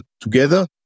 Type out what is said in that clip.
together